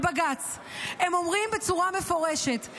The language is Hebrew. בבג"ץ, הם אומרים בצורה מפורשת: